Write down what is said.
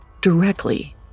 directly